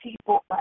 people